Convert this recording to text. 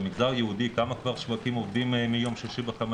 במגזר היהודי כמה שווקים כבר עובדים מיום שישי בחמש